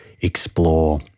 explore